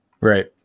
Right